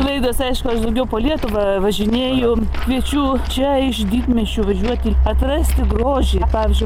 laidos aišku aš daugiau po lietuvą važinėju kviečiu čia iš didmiesčių važiuoti atrasti grožį pavyzdžiui